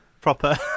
proper